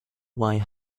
why